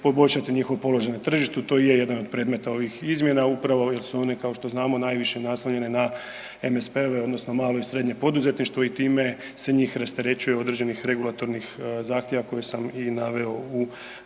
poboljšati njihov položaj na tržištu, to je jedan od predmeta ovih izmjena, upravo jer su one, kao što znamo najviše naslonjene na MSP-ove odnosno malo i srednje poduzetništvo i time se njih rasterećuje određenih regulatornih zahtjeva koje sam i naveo u